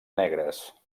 negres